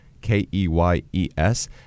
K-E-Y-E-S